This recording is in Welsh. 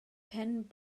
pen